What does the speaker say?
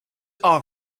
are